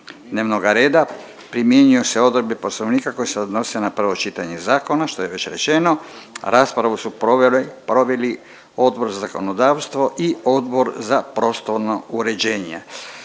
dnevnog reda primjenjuju se odredbe Poslovnika koje se odnose na prvo čitanje zakona, što je već rečeno. Raspravu su proveli Odbor za zakonodavstvo i Odbor za prostorno uređenje.